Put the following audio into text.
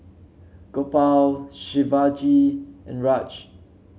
Gopal Shivaji and Raj